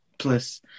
Plus